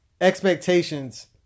expectations